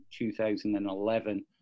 2011